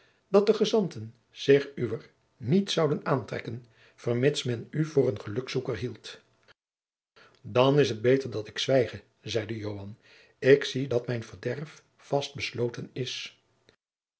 dat de gezanten zich uwer niet zouden aantrekken vermits men u voor een gelukzoeker hield dan is het beter dat ik zwijge zeide joan ik zie dat mijn verderf vast besloten is